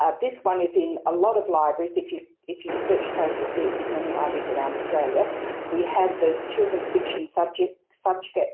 ah this one is in a lot of libraries if you, if you search trove your suits in many libraries around australia we have the children's fiction subject, subject,